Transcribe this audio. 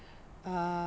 uh